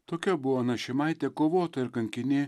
tokia buvo ona šimaitė kovotoja ir kankinė